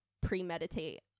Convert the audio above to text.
premeditate